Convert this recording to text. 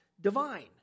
divine